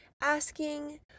asking